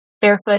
barefoot